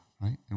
Right